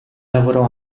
lavorò